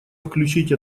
включить